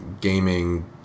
gaming